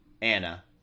Anna